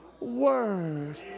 word